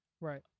Right